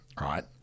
Right